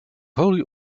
holy